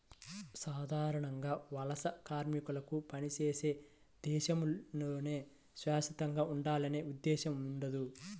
సాధారణంగా వలస కార్మికులకు పనిచేసే దేశంలోనే శాశ్వతంగా ఉండాలనే ఉద్దేశ్యం ఉండదు